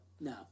No